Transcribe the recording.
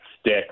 stick